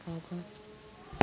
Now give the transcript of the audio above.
problem